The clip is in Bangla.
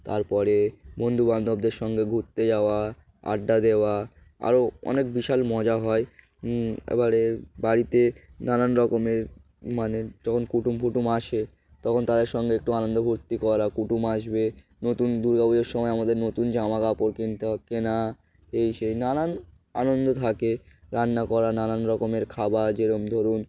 তারপরে বন্ধুবান্ধবদের সঙ্গে ঘুরতে যাওয়া আড্ডা দেওয়া আরও অনেক বিশাল মজা হয় এবারে বাড়িতে নানান রকমের মানে যখন কুটুম ফুটুম আসে তখন তাদের সঙ্গে একটু আনন্দ ভর্তি করা কুটুম আসবে নতুন দুর্গাাপুজোর সময় আমাদের নতুন জামা কাপড় কিনতে কেনা এই সেই নানান আনন্দ থাকে রান্না করা নানান রকমের খাবার যেরম ধরুন